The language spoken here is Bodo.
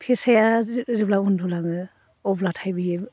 फेसाया जेब्ला उन्दुलाङो अब्लाथाय बियो